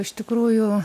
iš tikrųjų